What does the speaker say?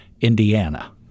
Indiana